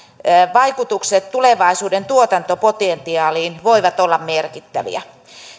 vaikutukset tulevaisuuden tuotantopotentiaaliin voivat olla merkittäviä